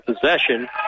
possession